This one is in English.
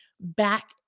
back